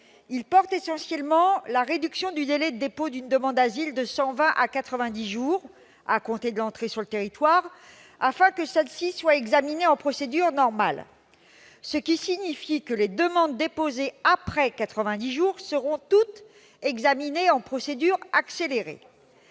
Pour l'essentiel, il réduit le délai de dépôt d'une demande d'asile de 120 à 90 jours à compter de l'entrée sur le territoire afin que celle-ci soit examinée en procédure normale. Ce qui signifie que les demandes déposées après 90 jours seront toutes examinées en procédure accélérée.